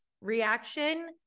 reaction